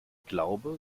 glaube